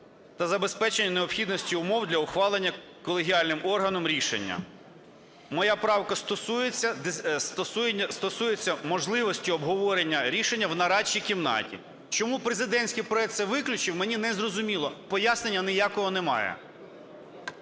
та забезпечення необхідності умов для ухвалення колегіальним органом рішення". Моя правка стосується можливості обговорення рішення в нарадчій кімнаті. Чому президентський проект це виключив, мені не зрозуміло, пояснення ніякого немає.